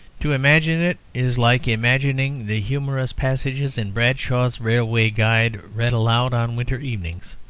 to imagine it is like imagining the humorous passages in bradshaw's railway guide read aloud on winter evenings.